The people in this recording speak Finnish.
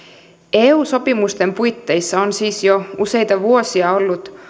eu sopimusten puitteissa on siis jo useita vuosia ollut